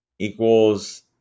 equals